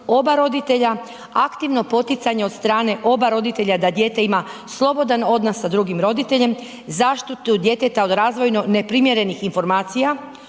oba roditelja aktivno poticanje od strane oba roditelja da dijete ima slobodan odnos sa drugim roditeljem, zaštitu djeteta od razvojno neprimjerenih informacijama